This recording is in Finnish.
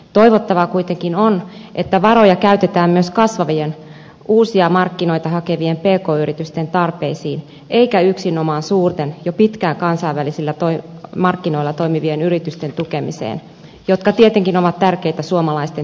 toivottavaa kuitenkin on että varoja käytetään myös kasvavien uusia markkinoita hakevien pk yritysten tarpeisiin eikä yksinomaan suurten jo pitkään kansainvälisillä markkinoilla toimineiden yritysten tukemiseen jotka tietenkin ovat tärkeitä suomalaisten työllistäjiä nekin